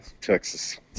Texas